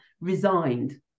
resigned